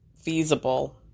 feasible